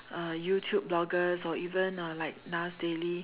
uh YouTube bloggers or even uh like Nas daily